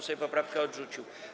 Sejm poprawkę odrzucił.